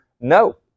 no